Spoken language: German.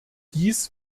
dies